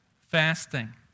fasting